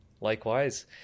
Likewise